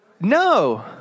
No